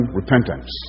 repentance